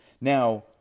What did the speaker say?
Now